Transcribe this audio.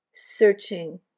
Searching